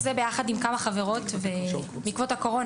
שהיה, כמובן, בעקבות הקורונה